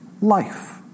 life